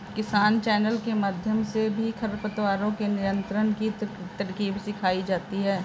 किसान चैनल के माध्यम से भी खरपतवारों के नियंत्रण की तरकीब सिखाई जाती है